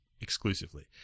exclusively